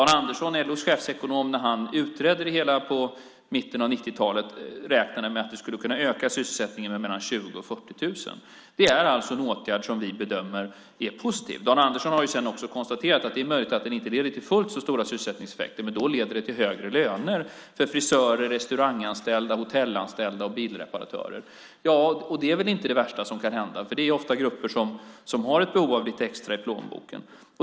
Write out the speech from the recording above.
När LO:s chefsekonom Dan Andersson utredde detta i mitten av 90-talet räknade han med att det skulle kunna öka sysselsättningen med 20 000-40 000. Det är alltså en åtgärd som vi bedömer är positiv. Dan Andersson har sedan också konstaterat att det är möjligt att den inte leder till fullt så stora sysselsättningseffekter men att den då leder till högre löner för frisörer, restauranganställda, hotellanställda och bilreparatörer. Det är väl inte det värsta som kan hända? Det är ofta grupper som har ett behov av lite extra pengar i plånboken.